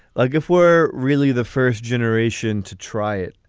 like if we're really the first generation to try it.